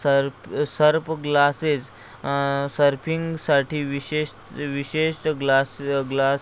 सर्प surf glasses सर्फिंगसाठी विशेष विशेष ग्लास ग्लास